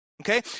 Okay